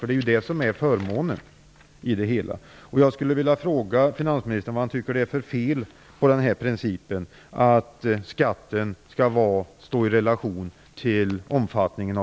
Det är ju det som är förmånen i det hela.